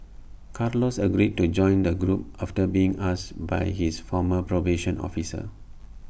Carlos agreed to join the group after being asked by his former probation officer